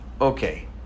okay